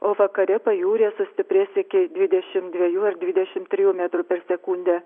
o vakare pajūryje sustiprės iki dvidešimt dviejų ar dvidešimt trijų metrų per sekundę